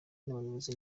n’abayobozi